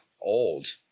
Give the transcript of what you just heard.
Old